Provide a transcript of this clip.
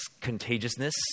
contagiousness